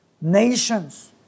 nations